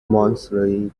monthly